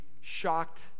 shocked